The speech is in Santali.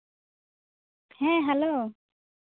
ᱦᱮᱸ ᱦᱮᱞᱳ